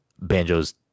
banjo's